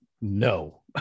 No